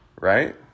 right